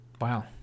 Wow